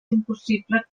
impossible